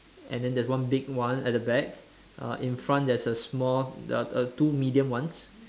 and then there's one big one at the back uh in front there's a small the uh two medium ones